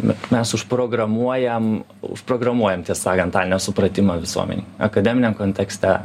me mes užprogramuojam užprogramuojam tiesą sakant tą nesupratimą visuomenėj akademiniam kontekste